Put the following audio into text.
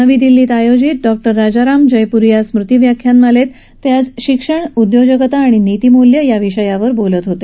नवी दिल्लीत आयोजित डॉक्टर राजाराम जयपुरीया स्मृती व्याख्यानमालेत ते आज शिक्षण उद्योजकता आणि नीतीमूल्य या विषयावर बोलत होते